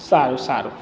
સારું સારું